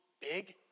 big